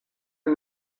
him